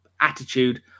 attitude